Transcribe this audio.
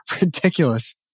Ridiculous